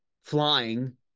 flying